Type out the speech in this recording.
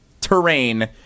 terrain